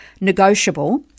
negotiable